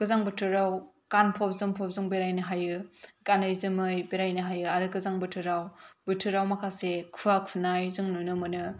गोजां बोथोराव गानफब जोमफब जों बेरायनो हायो गानै जोमै बेरायनो हायो आरो गोजां बोथोराव बोथोराव माखासे खुवा खुनाय जों नुनो मोनो